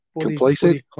complacent